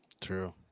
True